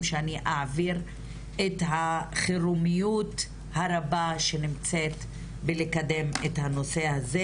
שאני אעביר את החירומיות הרבה שנמצאת בלקדם את הנושא הזה.